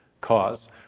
cause